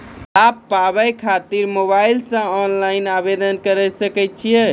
लाभ पाबय खातिर मोबाइल से ऑनलाइन आवेदन करें सकय छियै?